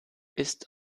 ist